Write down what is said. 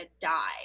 die